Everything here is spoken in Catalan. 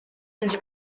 ens